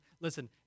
Listen